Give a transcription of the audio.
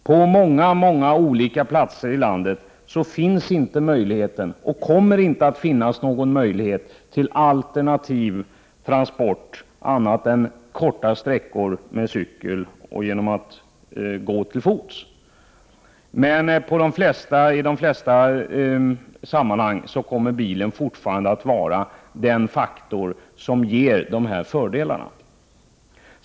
På många platser i landet finns det inte, och kommer inte att finnas, någon möjlighet till alternativ transport, om man bortser från korta sträckor då man kan åka cykel eller gå till fots. I de flesta sammanhang kommer bilen fortfarande att vara det transportmedel som medför de nämnda fördelarna.